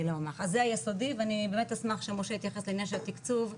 אז זה יסודי ואני באמת אשמח שמשה יתייחס לעניין של תקצוב ביסודי.